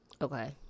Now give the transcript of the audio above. Okay